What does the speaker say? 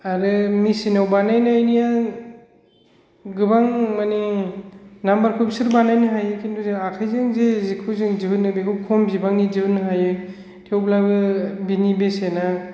आरो मेशिन आव बानायनायनिया गोबां माने नाम्बार खौ बिसोर बानायनो हायो किन्तु जों आखाइजों जे सिखौ जों दिहुनो बेखौ जों खम बिबांनि दिहुननो हायो थेवब्लाबो बेनि बेसेना